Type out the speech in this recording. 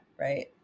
Right